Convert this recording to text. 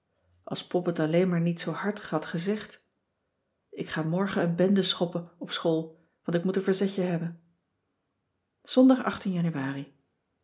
pop het alleen maar niet zoo hard had gezegd ik ga morgen een bende schoppen op school want ik moet een verzetje hebben ondag anuari